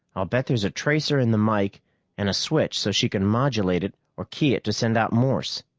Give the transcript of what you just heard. i'll bet there's a tracer in the mike and a switch so she can modulate it or key it to send out morse.